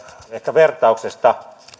vertauksesta